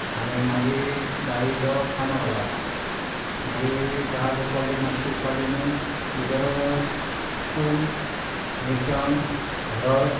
आनी मागीर दाळे इल्लो कांदो घालप मागीर दाळ उकडली मात्शीं उकडली न्हू भितर चून मिरसांग हळद